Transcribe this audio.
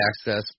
access